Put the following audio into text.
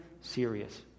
serious